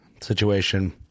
situation